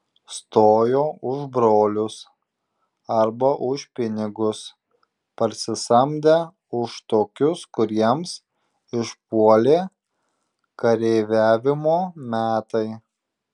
stojo už brolius arba už pinigus parsisamdę už tokius kuriems išpuolė kareiviavimo metai